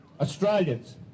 australians